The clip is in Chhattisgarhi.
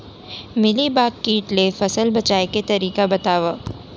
मिलीबाग किट ले फसल बचाए के तरीका बतावव?